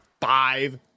five